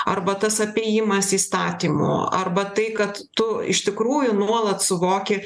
arba tas apėjimas įstatymų arba tai kad tu iš tikrųjų nuolat suvoki